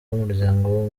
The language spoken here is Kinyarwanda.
b’umuryango